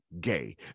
gay